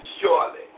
surely